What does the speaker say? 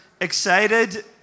excited